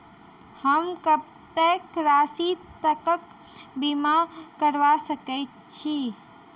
हम कत्तेक राशि तकक बीमा करबा सकैत छी?